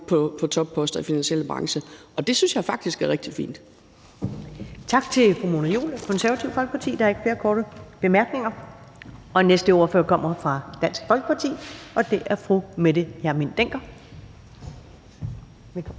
på topposterne i den finansielle branche, og det synes jeg faktisk er rigtig fint. Kl. 15:11 Første næstformand (Karen Ellemann): Tak til fru Mona Juul, Det Konservative Folkeparti. Der er ikke flere korte bemærkninger. Den næste ordfører kommer fra Dansk Folkeparti, og det er fru Mette Hjermind Dencker. Velkommen.